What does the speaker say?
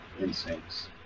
instincts